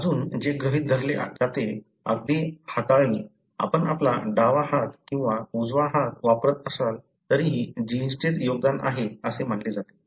अजून जे गृहीत धरले जाते अगदी हाताळणी आपण आपला डावा हात किंवा उजवा हात वापरत असलात तरीही जीन्सचेच योगदान आहे असे मानले जाते